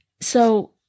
So-